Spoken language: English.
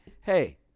hey